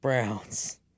Browns